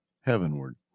heavenward